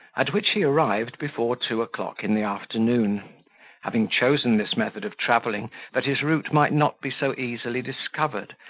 at which he arrived before two o'clock in the afternoon having chosen this method of travelling that his route might not be so easily discovered,